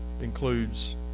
includes